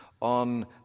on